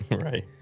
Right